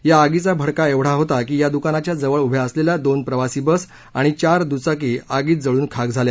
या आगीचा भडका एवढा होता की या दुकानाच्या जवळ उभ्या असलेल्या दोन प्रवासी बस आणि चार दुचाकी आगीत जळून खाक झाल्या